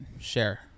share